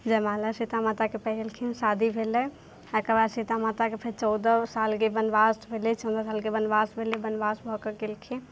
जयमाला सीतामाताके पहिरलखिन शादी भेलै अइके बाद सीतामाताके फेर चौदह सालके बनवास भेलै चौदह सालके बनवास भेलै बनवास भऽकऽ गेलखिन